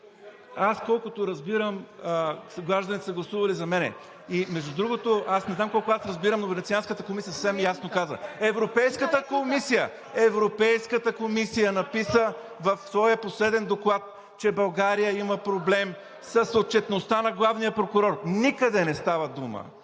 Аз колкото разбирам, гражданите са гласували за мен. Между другото, не знам аз колко разбирам, но Венецианската комисия казва съвсем ясно. Европейската комисия написа в своя последен доклад, че България има проблем с отчетността на главния прокурор. Никъде не става дума